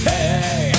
Hey